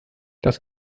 das